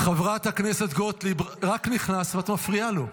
חברת הכנסת גוטליב, רק נכנסת ואת מפריעה לו.